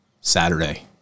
Saturday